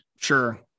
Sure